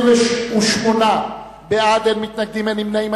28 בעד, אין מתנגדים, אין נמנעים.